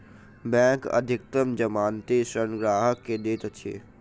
bank अधिकतम जमानती ऋण ग्राहक के दैत अछि